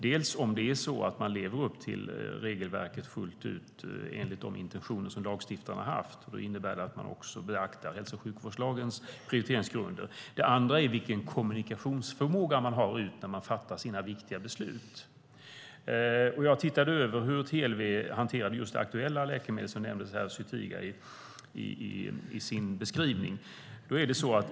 Är det så att man lever upp till regelverket fullt ut enligt de intentioner som lagstiftaren har haft? Då innebär det att man också beaktar hälso och sjukvårdslagens prioriteringsgrunder. Det andra handlar om vilken kommunikationsförmåga man har när man fattar sina viktiga beslut. Jag har tittat över hur TLV hanterade det aktuella läkemedlet, som nämndes här, Zytiga, i sin beskrivning.